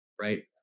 right